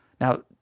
Now